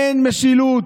אין משילות,